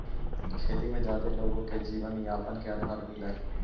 खेती में जादे लोगो के जीवनयापन के आधार मिलऽ हई